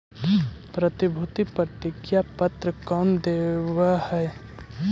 प्रतिभूति प्रतिज्ञा पत्र कौन देवअ हई